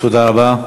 תודה רבה.